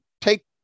take